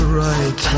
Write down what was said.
right